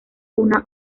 una